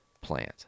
plant